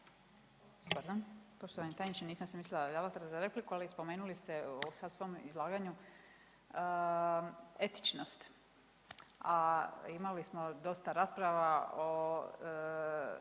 Poštovani tajniče nisam se mislila javljati za repliku, ali spomenuli ste sad u svom izlaganju etičnost, a imali smo dosta rasprava o